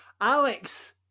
Alex